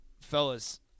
fellas